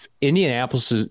Indianapolis